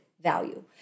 value